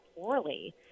poorly